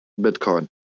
Bitcoin